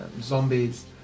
zombies